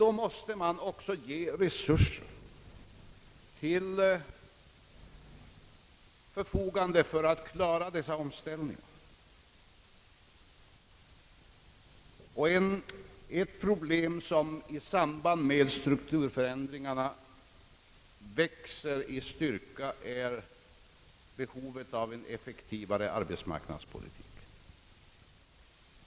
Då måste man också ställa resurser till förfogande för att möjliggöra denna omställning. Ett problem som växer i takt med strukturförändringarna är behovet av en effektivare arbetsmarknadspolitik.